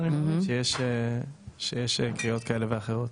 אבל יכול להיות שיש קריאות כאלה ואחרות.